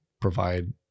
provide